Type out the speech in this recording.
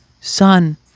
Son